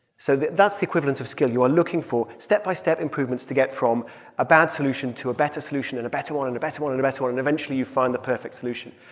so that's the equivalent of skill. you are looking for step-by-step improvements to get from a bad solution to a better solution and a better one and a better one and a better one and eventually you find the perfect solution.